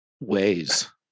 ways